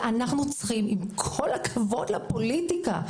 ואנחנו צריכים עם כל הכבוד לפוליטיקה,